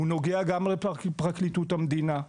הוא נוגע גם לפרקליטות המדינה,